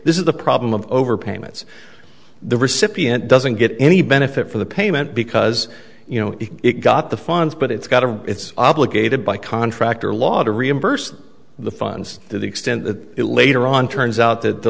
this is the problem of overpayments the recipient doesn't get any benefit for the payment because you know it got the funds but it's got a it's obligated by contractor law to reimburse the funds to the extent that it later on turns out that the